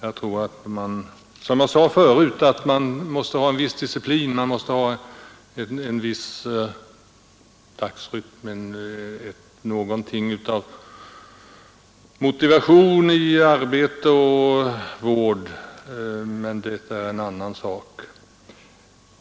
Jag tror, som jag sade förut, att man måste ha en viss disciplin, en viss dagsrytm, något av motivation i arbete och vård. Men det är en annan sak.